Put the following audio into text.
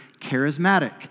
charismatic